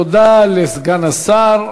תודה לסגן השר.